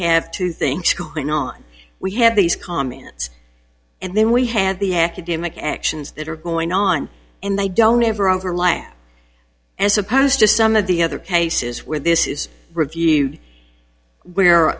have to think school going on we have these comments and then we had the academic actions that are going on and they don't ever over last as opposed to some of the other cases where this is reviewed where